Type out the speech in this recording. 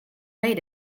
way